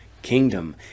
kingdom